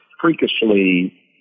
freakishly